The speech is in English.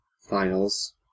finals